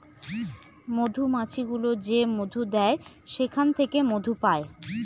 মধুমাছি গুলো যে মধু দেয় সেখান থেকে মধু পায়